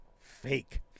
fake